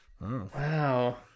Wow